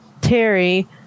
Terry